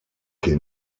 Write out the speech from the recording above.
que